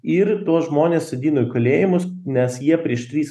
ir tuos žmones sodino į kalėjimus nes jie prieš tris